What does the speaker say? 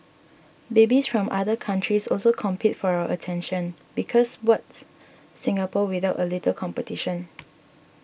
babies from other countries also compete for our attention because what's Singapore without a little competition